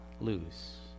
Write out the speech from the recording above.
lose